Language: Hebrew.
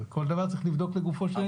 אבל כל דבר צריך לבדוק לגופו של עניין.